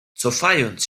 cofając